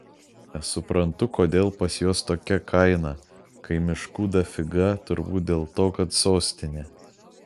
nesuprantu kodėl pas juos tokia kaina kai miškų dafiga turbūt dėl to kad sostinė